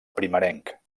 primerenc